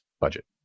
budget